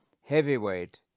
heavyweight